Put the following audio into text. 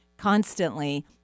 constantly